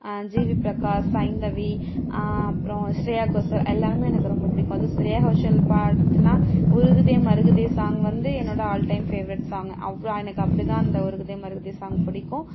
GV Prakash Saindhavi அப்புறோம் ஸ்ரேயாகோஸல் எல்லோருமே எனக்கு ரொம்ப பிடிக்கும் அதுவும் ஸ்ரேயாகோஸல் பாட்டுனா உருகுதே மருகுதே சாங் வந்து என்னோடய ஆல் டைம் ஃபேவரெட் சாங் அவ்வளோ எனக்கு அப்படி தான் அந்த உருகுதே மருகுதே சாங் பிடிக்கும்